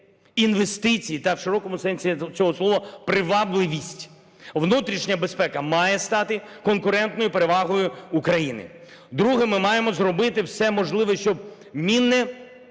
інвестицій та в широкому сенсі цього слова привабливість. Внутрішня безпека має стати конкурентною перевагою України. Друге. Ми маємо зробити все можливе, щоб мінне